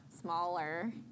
smaller